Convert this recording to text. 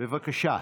בבקשה.